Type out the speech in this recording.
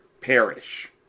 perish